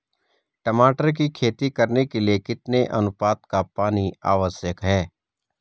टमाटर की खेती करने के लिए कितने अनुपात का पानी आवश्यक है?